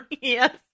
Yes